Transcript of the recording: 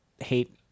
hate